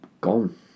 gone